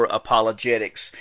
apologetics